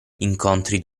incontri